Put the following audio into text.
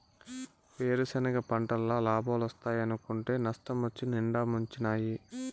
వేరుసెనగ పంటల్ల లాబాలోస్తాయనుకుంటే నష్టమొచ్చి నిండా ముంచినాయి